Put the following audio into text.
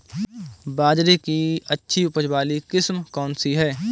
बाजरे की अच्छी उपज वाली किस्म कौनसी है?